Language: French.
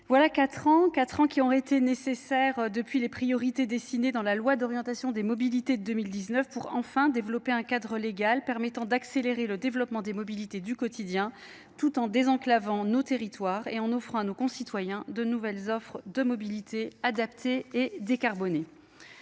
quatre ans qui ont été nécessaires depuis les priorités dessinées dans la loi d'orientation des mobilités de deux mille dix neuf pour enfin développer un cadre légal permettant d'accélérer le développement des mobilités du quotidien tout en désenclavement nos territoires et en offrant à nos concitoyens de nouvelles offres de mobilité adaptées et décarbonées